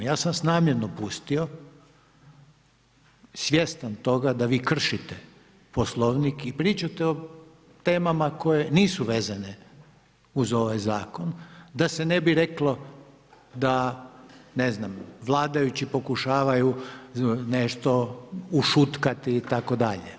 Ja sam vas namjerno pustio svjestan toga da vi kršite Poslovnik i pričate o temama koje nisu vezane uz ovaj zakon da se ne bi reklo da ne znam, vladajući pokušavaju nešto ušutkati itd.